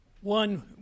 one